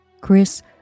Chris